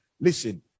Listen